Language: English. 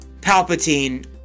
Palpatine